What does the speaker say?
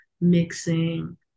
mixing